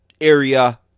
area